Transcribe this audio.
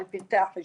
על פרטי החשבון.